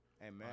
Amen